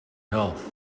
health